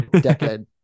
decade